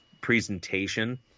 presentation